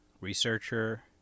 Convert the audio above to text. researcher